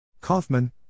Kaufman